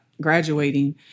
graduating